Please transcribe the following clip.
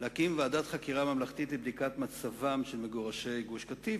להקים ועדת חקירה ממלכתית לבדיקת מצבם של מגורשי גוש-קטיף,